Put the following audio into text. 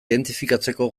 identifikatzeko